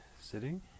sitting